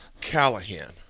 Callahan